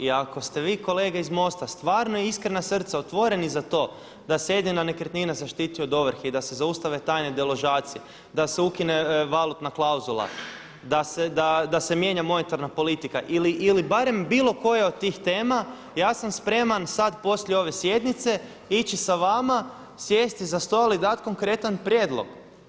I ako ste vi kolege iz MOST-a stvarno iskrena srca otvoreni za to da se jedina nekretnina zaštiti od ovrhe, i da se zaustave tajne deložacije, da se ukine valutna klauzula, da se mijenja monetarna politika ili barem bilo koje od tih tema ja sam spreman sad poslije ove sjednice ići sa vama, sjesti za stol i dati konkretan prijedlog.